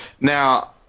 Now